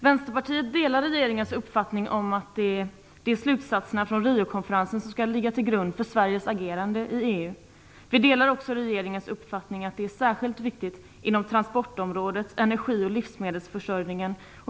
Vänsterpartiet delar regeringens uppfattning att slutsatserna från Riokonferensen skall ligga till grund för Sveriges agerande i EU. Vi delar också regeringens uppfattning att det är särskilt viktigt inom transportområdet samt energi och livsmedelsförsörjningen.